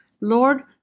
Lord